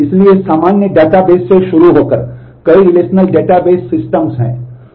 इसलिए सामान्य डेटाबेस से शुरू होकर कई रिलेशनल डेटाबेस सिस्टम हैं